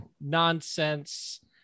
Nonsense